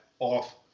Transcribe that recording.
Off